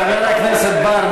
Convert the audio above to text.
חבר הכנסת בר,